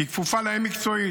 כי היא כפופה להם מקצועית.